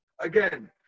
Again